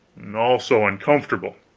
also uncomfortable.